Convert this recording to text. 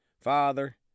Father